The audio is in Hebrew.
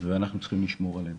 ואנחנו צריכים לשמור עליהם,